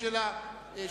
זה היה ל-2009.